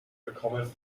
bekommen